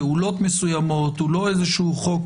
פעולות מסוימות; הוא לא איזשהו חוק